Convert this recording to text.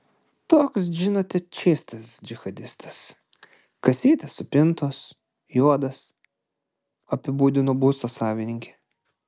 toks žinote čystas džihadistas kasytės supintos juodas apibūdino būsto savininkė